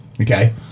Okay